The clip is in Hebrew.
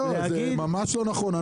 זה ממש לא נכון,